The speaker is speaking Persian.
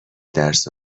درس